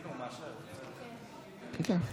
בבקשה.